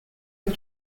and